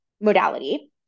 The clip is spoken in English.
modality